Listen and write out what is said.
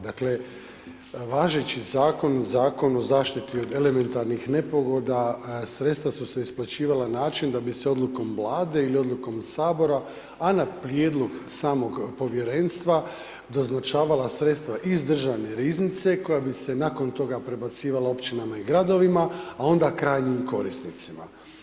Dakle važeći zakon, Zakon o zaštiti elementarnih nepogoda, sredstva su se isplaćivala na način da bi se odlukom Vlade ili odlukom Sabora a na prijedlog samog povjerenstva doznačavala sredstva iz državne riznice koja bi se nakon toga prebacivala općinama i gradovima a onda krajnjim korisnicima.